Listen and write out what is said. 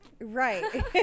right